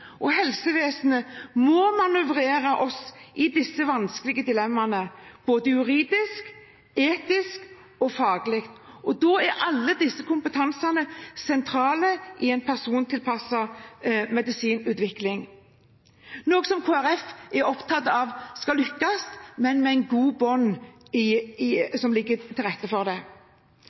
og helsevesenet må manøvrere oss i disse vanskelige dilemmaene både juridisk, etisk og faglig. Da er all denne kompetansen sentral i en persontilpasset medisinutvikling, noe Kristelig Folkeparti er opptatt av skal lykkes, men med en god bunn som legger til rette for det.